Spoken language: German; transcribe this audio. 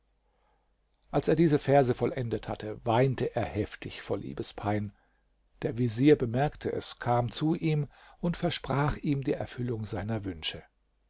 als er diese verse vollendet hatte weinte er heftig vor liebespein der vezier bemerkte es kam zu ihm und versprach ihm die erfüllung seiner wünsche